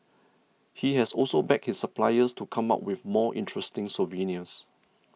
he has also begged his suppliers to come up with more interesting souvenirs